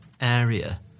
area